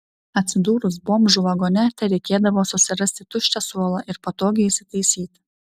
atsidūrus bomžų vagone tereikėdavo susirasti tuščią suolą ir patogiai įsitaisyti